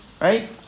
Right